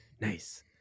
Nice